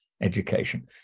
education